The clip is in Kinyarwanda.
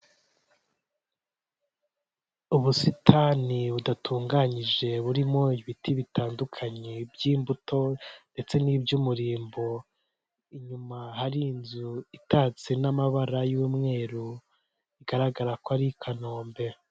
Ubusitani budatunganyije burimo ibiti bitandukanye by'imbuto ndetse n'iby'umurimbo, inyuma hari inzu itatse n'amabara y'umweru bigaragara ko ari i Kanombe.